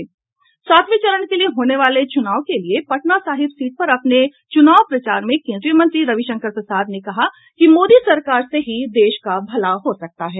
वहीं सांतवें चरण के लिए होने वाले चुनाव के लिए पटना साहिब सीट पर अपने चुनाव प्रचार में केंद्रीय मंत्री रविशंकर प्रसाद ने कहा कि मोदी सरकार से ही देश का भला हो सकता है